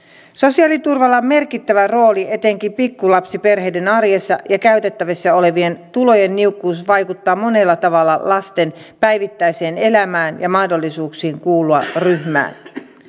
sosiaaliturvalla on merkittävä rooli etenkin pikkulapsiperheiden arjessa ja käytettävissä olevien tulojen niukkuus vaikuttaa monella tavalla lasten päivittäiseen elämään ja mahdollisuuksiin kuulua ryhmään